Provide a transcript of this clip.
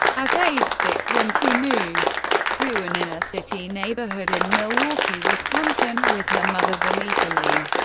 at age six, winfrey moved to an inner-city neighborhood in milwaukee, wisconsin, with her mother vernita lee,